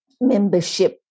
membership